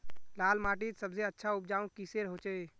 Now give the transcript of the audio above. लाल माटित सबसे अच्छा उपजाऊ किसेर होचए?